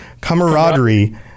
camaraderie